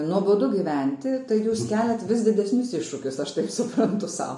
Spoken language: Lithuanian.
nuobodu gyventi tai jūs keliat vis didesnius iššūkius aš taip suprantu sau